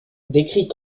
décrit